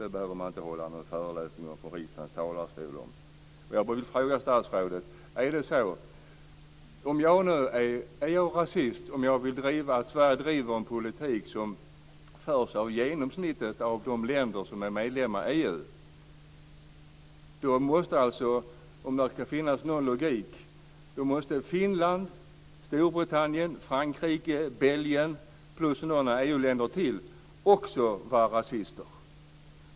Det behöver man inte hålla någon föreläsning om från riksdagens talarstol. Jag får väl fråga statsrådet om jag är rasist om jag vill att Sverige ska driva en politik som drivs av genomsnittet av de länder som är medlemmar i EU. Om det ska finnas någon logik måste i så fall Finland, Storbritannien, Frankrike, Belgien och några ytterligare EU-länder också vara rasister.